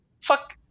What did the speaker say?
Fuck